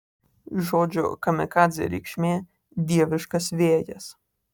žodžio kamikadzė reikšmė dieviškas vėjas